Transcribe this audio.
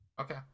okay